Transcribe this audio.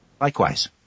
Likewise